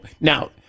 now